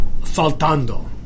faltando